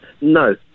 No